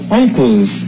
uncles